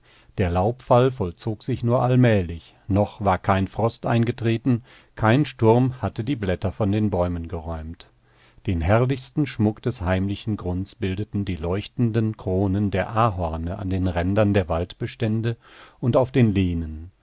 der laubfall vollzog sich nur allmählich noch war kein frost eingetreten kein sturm hatte die blätter von den bäumen geräumt den herrlichsten schmuck des heimlichen grunds bildeten die leuchtenden kronen der ahorne an den rändern der waldbestände und auf den lehnen